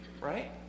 right